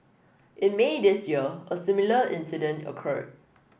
in May this year a similar incident occurred